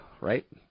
right